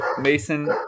Mason